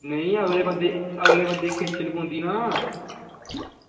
नेईं अगले बंदे गी अगले बंदे गी खेचल पौंदी ना